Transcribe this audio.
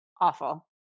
awful